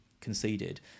conceded